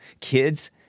kids